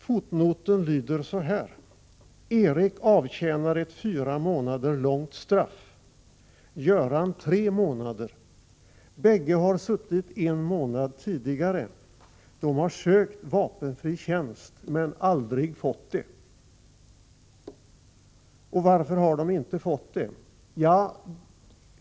Fotnoten lyder: ”Erik avtjänar ett fyra månader långt straff, Göran tre, månader. Bägge har suttit en månad tidigare. De har sökt vapenfri tjänst men aldrig fått det.” — Och varför har de inte fått det?